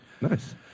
nice